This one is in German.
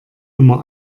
immer